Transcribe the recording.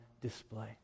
display